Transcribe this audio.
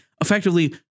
effectively